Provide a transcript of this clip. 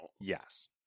Yes